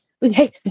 Hey